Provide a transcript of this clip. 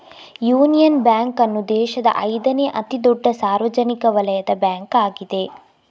union Bank ಅನ್ನು ದೇಶದ ಐದನೇ ಅತಿ ದೊಡ್ಡ ಸಾರ್ವಜನಿಕ ವಲಯದ ಬ್ಯಾಂಕ್ ಆಗಿದೆ